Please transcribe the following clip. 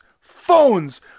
phones